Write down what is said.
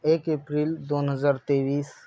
एक एप्रिल दोन हजार तेवीस